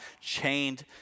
chained